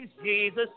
Jesus